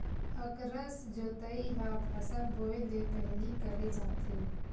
अकरस जोतई ह फसल बोए ले पहिली करे जाथे